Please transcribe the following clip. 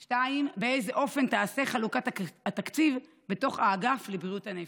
2. באיזה אופן תיעשה חלוקת התקציב בתוך האגף לבריאות הנפש?